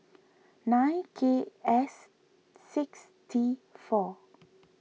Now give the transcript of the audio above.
nine K S six T four